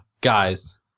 guys